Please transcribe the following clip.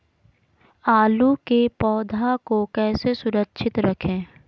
आलू के पौधा को कैसे सुरक्षित रखें?